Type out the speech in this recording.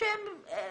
עניין.